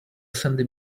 sandy